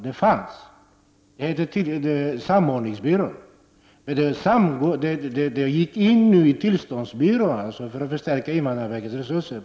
Den fanns och hette då samordningsbyrån, men nu ingår den i tillståndsbyrån som ett led i att förstärka invandrarverkets resurser.